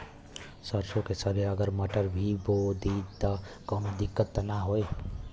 सरसो के संगे अगर मटर भी बो दी त कवनो दिक्कत त ना होय?